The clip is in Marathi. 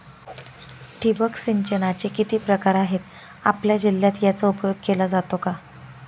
ठिबक सिंचनाचे किती प्रकार आहेत? आपल्या जिल्ह्यात याचा उपयोग केला जातो का?